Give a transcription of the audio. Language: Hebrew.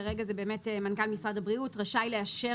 כרגע זה באמת מנכ"ל משרד הבריאות "רשאי לאשר